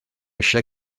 eisiau